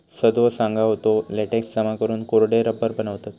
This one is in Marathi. सदो सांगा होतो, लेटेक्स जमा करून कोरडे रबर बनवतत